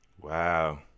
Wow